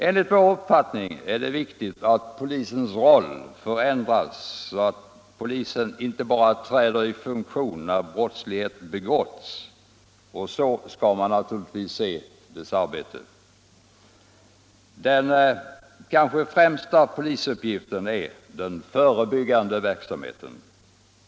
Enligt vår uppfattning är det viktigt att polisens roll förändras så, att polisen inte bara träder i funktion när brott begåtts. Så skall man naturligtvis se polisens arbete. Den kanske främsta polisuppgiften är den förebyggande verksamheten.